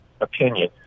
opinion